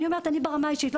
ברמה האישית,